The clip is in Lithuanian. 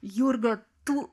jurga tu